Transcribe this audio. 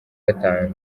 gatanu